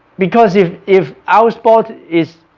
because if if our sport is